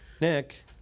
Nick